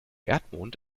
erdmond